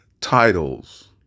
titles